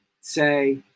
say